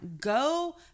Go